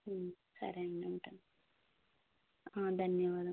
సరే అండి ఉంటాను ధన్యవాదాలు